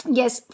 yes